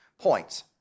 points